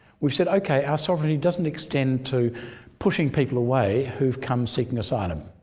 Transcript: we've said, okay our sovereignty doesn't extend to pushing people away who've come seeking asylum